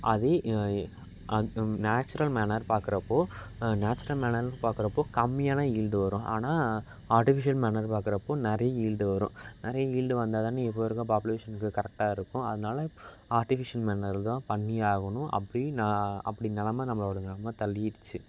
அது natural manure பார்க்கறப்போ natural மேனர்ன்னு பார்க்கறப்போ கம்மியான ஈல்டு வரும் ஆனால் அர்டிஃபிஷியல் மேனர் பார்க்கறப்போ நிறைய ஈல்டு வரும் நிறைய ஈல்டு வந்தால் தானே இப்போ இருக்கிற பாப்புலேஷன்க்கு கரெக்டாக இருக்கும் அதனால அர்டிஃபிஷியல் மேனர் தான் பண்ணியாகணும் அப்படி நான் அப்படி நிலம நம்மளோட நிலம தள்ளிடுச்சு